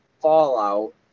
fallout